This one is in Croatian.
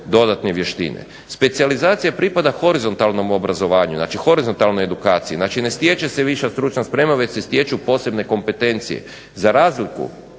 dodatne vještine. Specijalizacija pripada horizontalnom obrazovanju, znači horizontalne edukacije, znači ne stječe se viša stručna sprema, već se stječu posebne kompetencije. Za razliku,